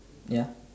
ya